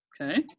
Okay